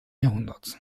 jahrhunderts